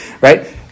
right